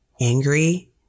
angry